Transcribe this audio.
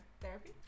therapy